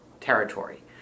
territory